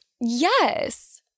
Yes